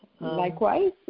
Likewise